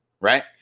right